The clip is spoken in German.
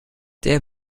der